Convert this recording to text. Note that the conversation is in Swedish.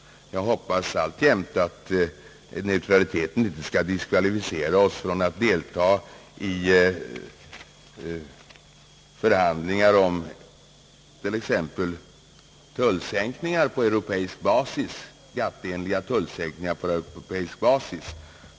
Jag hoppas alltjämt att neutraliteten inte skall diskvalificera oss från att delta i förhandlingar om t.ex. tullsänkningar på europeisk basis.